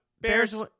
Bears